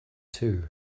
too